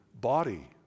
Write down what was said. body